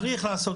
צריך לעשות,